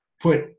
put